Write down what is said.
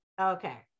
Okay